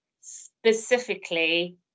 specifically